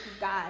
God